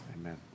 Amen